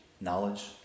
knowledge